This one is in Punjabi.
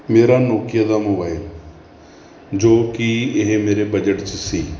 ਮੇਰਾ ਨੋਕੀਆ ਦਾ ਮੋਬਾਇਲ ਜੋ ਕਿ ਇਹ ਮੇਰੇ ਬਜਟ 'ਚ ਸੀ